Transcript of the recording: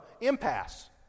impasse